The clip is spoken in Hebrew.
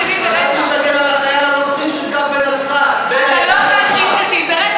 לא לקצין צה"ל ולא לאף אחד אחר,